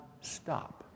stop